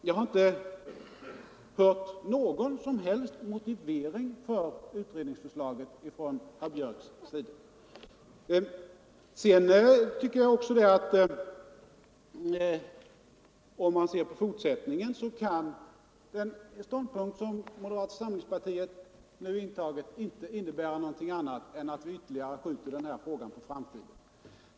Jag har inte hört någon som helst motivering från herr Björck för utredningsförslaget. Om man sedan ser på fortsättningen finner man att den ståndpunkt som moderata samlingspartiet nu intagit inte kan innebära någonting annat än att vi ytterligare skjuter detta problem på framtiden.